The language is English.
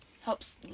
helps